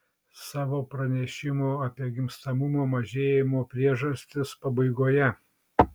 savo pranešimo apie gimstamumo mažėjimo priežastis pabaigoje